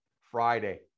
Friday